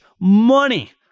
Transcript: money